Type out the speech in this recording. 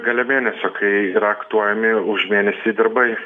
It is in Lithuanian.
gale mėnesio kai raktuojami už mėnesį darbai